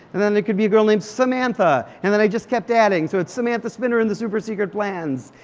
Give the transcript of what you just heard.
and then there could be a girl named samantha. and then i just kept adding. so it's samantha spinner and the super secret plans.